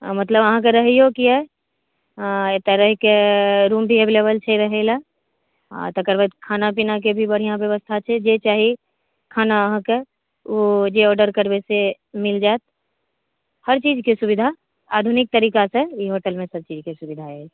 मतलब अहाँके रहैयोके यऽ एतऽ रहैके रुम भी एविलेबल छै रहैला आ तकर बाद खाना पीना के भी बढ़िऑं व्यवस्था छै जे चाही खाना अहाँके ओ जे ऑर्डर करबै से मिल जाएत हर चीजके सुविधा आधुनिक तरीका से ई होटलमे ई सभ चीजके सुविधा अछि